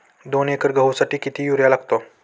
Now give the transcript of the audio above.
दोन एकर गहूसाठी किती युरिया लागतो?